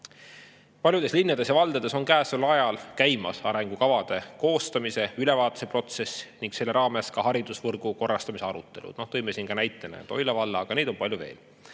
last."Paljudes linnades ja valdades on käesoleval ajal käimas arengukavade koostamise ülevaatamise protsess ning selle raames ka haridusvõrgu korrastamise arutelud. Tõime siin näitena Toila valla, aga neid on palju.